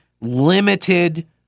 limited